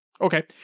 Okay